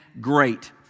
great